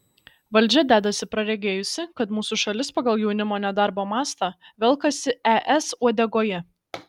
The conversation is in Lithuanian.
valdžia dedasi praregėjusi kad mūsų šalis pagal jaunimo nedarbo mastą velkasi es uodegoje